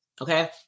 okay